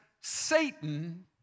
Satan